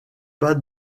pas